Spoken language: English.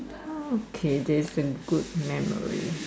okay that is the good memory